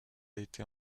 été